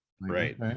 right